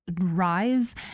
rise